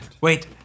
Wait